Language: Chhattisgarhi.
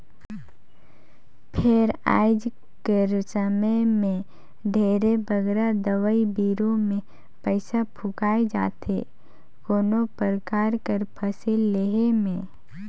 फेर आएज कर समे में ढेरे बगरा दवई बीरो में पइसा फूंकाए जाथे कोनो परकार कर फसिल लेहे में